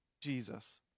Jesus